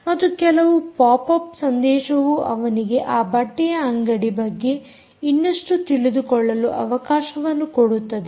ಮತ್ತು ಕೆಲವು pop up ಸಂದೇಶವು ಅವನಿಗೆ ಆ ಬಟ್ಟೆಯ ಅಂಗಡಿ ಬಗ್ಗೆ ಇನ್ನುಷ್ಟು ತಿಳಿದುಕೊಳ್ಳಲು ಅವಕಾಶವನ್ನು ಕೊಡುತ್ತದೆ